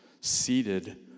seated